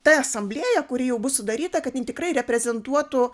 ta asamblėja kuri jau bus sudaryta kad jinai tikrai reprezentuotų